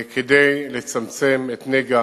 כדי לצמצם את נגע